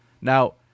Now